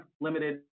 limited